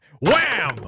wham